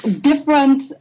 different